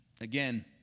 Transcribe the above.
Again